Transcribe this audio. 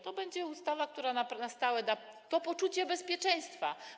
To będzie ustawa, która na stałe da to poczucie bezpieczeństwa.